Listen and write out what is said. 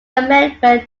amendment